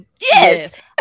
Yes